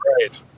right